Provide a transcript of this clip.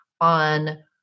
on